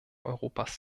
europas